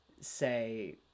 say